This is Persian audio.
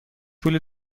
پولی